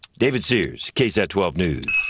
david sears ksat twelve news.